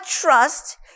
trust